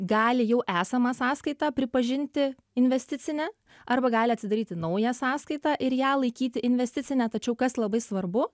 gali jau esamą sąskaitą pripažinti investicine arba gali atsidaryti naują sąskaitą ir ją laikyti investicine tačiau kas labai svarbu